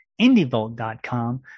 indievolt.com